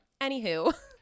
anywho